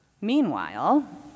Meanwhile